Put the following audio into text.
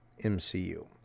MCU